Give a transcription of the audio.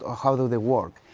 ah how do they work.